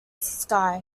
sky